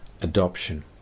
adoption